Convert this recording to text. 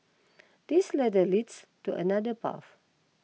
this ladder leads to another path